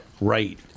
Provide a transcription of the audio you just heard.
right